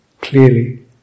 clearly